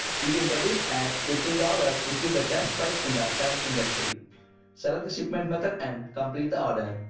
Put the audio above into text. you can get it at fifteen dollars which is the best price in the current industry select the shipment method and complete the order.